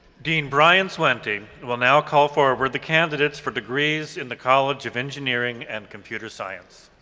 dean brian swente will now call forward the candidates for degrees in the college of engineering and computer science.